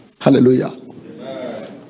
hallelujah